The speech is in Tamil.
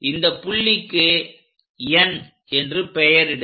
இந்தப் புள்ளிக்கு N என்று பெயரிடுக